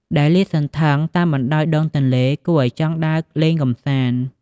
ដែលលាតសន្ធឹង តាមបណ្តោយដងទន្លេ គួរឲ្យចង់ដើរលេងកំសាន្ត។